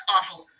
Awful